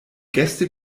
gäste